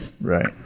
right